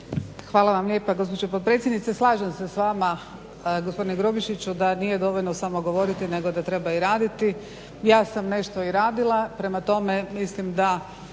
Hvala vam lijepa gospođo potpredsjednice. Slažem se s vama gospodine Grubišiću da nije dovoljno samo govoriti nego da treba i raditi. Ja sam nešto i radila, prema tome mislim da